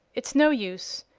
it's no use.